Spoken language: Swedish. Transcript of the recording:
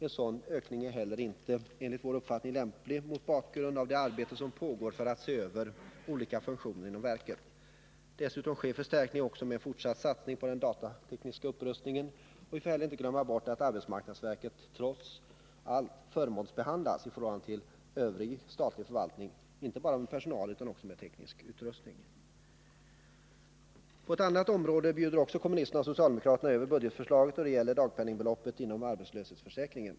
En sådan ökning är inte heller enligt vår uppfattning lämplig mot bakgrund av det arbete som pågår för att se över olika funktioner inom verket. Dessutom sker förstärkning också med en fortsatt satsning på den datatekniska utrustningen, och vi får heller inte glömma bort att arbetsmarknadsverket trots allt förmånsbehandlas i förhållande till övrig statlig förvaltning inte bara med personal utan också med teknisk utrustning. På ett annat område bjuder också kommunisterna och socialdemokraterna över budgetförslaget, och det gäller dagpenningbeloppen inom arbetslöshetsförsäkringen.